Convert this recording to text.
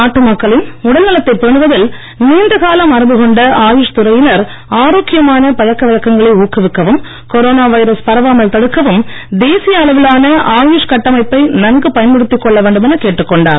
நாட்டு மக்களின் உடல் நலத்தைப் பேணுவதில் நீண்ட கால மரபு கொண்ட ஆயுஷ் துறையினர் ஆரோக்கியமான பழக்க வழக்கங்களை ஊக்குவிக்கவும் கொரோனா வைரஸ் பரவாமல் தடுக்கவும் தேசிய அளவிலான ஆயுஷ் கட்டமைப்பை நன்கு பயன்படுத்திக் கொள்ள வேண்டுமென கேட்டுக்கொண்டார்